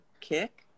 kick